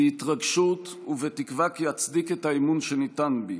בהתרגשות ובתקווה כי אצדיק את האמון שניתן בי,